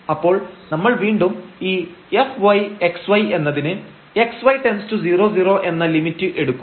അപ്പോൾ നമ്മൾ വീണ്ടും ഈ fyxy എന്നതിന് xy→0 0 എന്ന ലിമിറ്റ് എടുക്കും